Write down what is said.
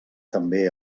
també